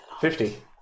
Fifty